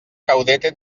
caudete